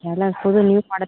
எல்லாம் புது new model